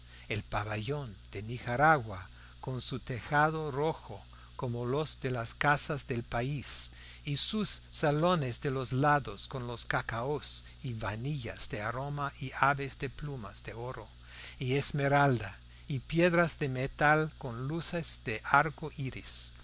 el pabellón de nicaragua con su tejado rojo como los de las casas del país y sus salones de los lados con los cacaos y vainillas de aroma y aves de plumas de oro y esmeralda y piedras de metal con luces de arco iris